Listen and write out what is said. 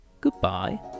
goodbye